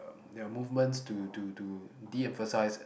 there are movements to to to de emphasise eh